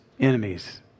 enemies